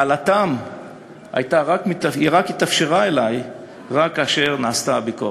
העלאתם אלי התאפשרה רק כאשר נעשתה ביקורת.